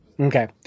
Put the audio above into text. Okay